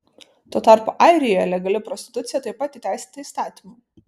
tuo tarpu airijoje legali prostitucija taip pat įteisinta įstatymu